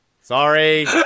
Sorry